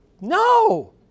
No